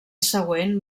següent